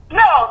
no